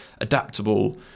adaptable